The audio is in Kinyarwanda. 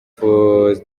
cikuru